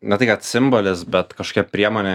ne tai kad simbolis bet kažkokia priemonė